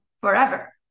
forever